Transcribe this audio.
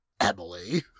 Emily